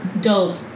Dope